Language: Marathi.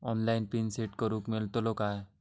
ऑनलाइन पिन सेट करूक मेलतलो काय?